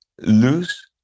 lose